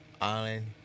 Island